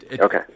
Okay